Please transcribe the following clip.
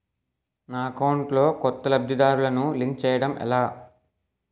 నా అకౌంట్ లో కొత్త లబ్ధిదారులను లింక్ చేయటం ఎలా?